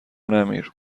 نمیر